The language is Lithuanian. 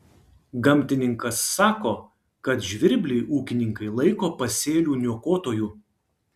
gamtininkas sako kad žvirblį ūkininkai laiko pasėlių niokotoju